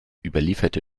überlieferte